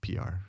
PR